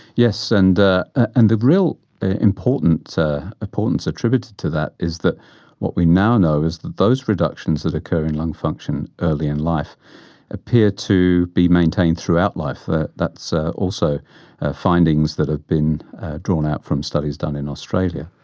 yes, and the and the real importance ah importance attributed to that is that what we now know is that those reductions that occur in lung function early in life appear to be maintained throughout life. that's ah also findings that have been drawn out from studies done in australia.